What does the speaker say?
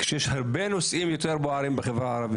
כשיש הרבה נושאים יותר בוערים בחברה הערבית.